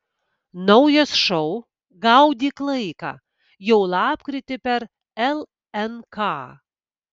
naujas šou gaudyk laiką jau lapkritį per lnk